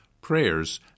prayers